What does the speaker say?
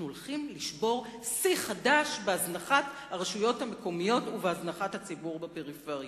אנחנו שוברים שיא חדש בהזנחת הרשויות המקומיות ובהזנחת הציבור בפריפריה.